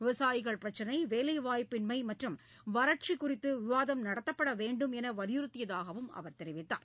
விவசாயிகள் பிரச்சினை வேலை வாய்ப்பின்மை மற்றும் வறட்சி குறித்து விவாதம் நடத்தப்பட வேண்டும் என்று வலியுறுத்தியதாகவும் அவர் தெரிவித்தார்